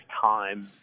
time